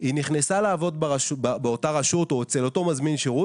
היא נכנסה לעבוד באות הרשות או באותו מזמין שירות.